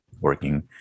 working